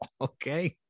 okay